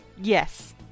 yes